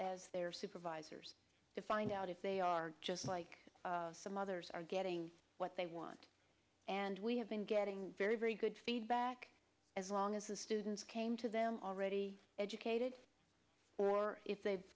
as their supervisors to find out if they are just like some others are getting what they want and we have been getting very very good feedback as long as the students came to them already educated or if they've